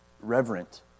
reverent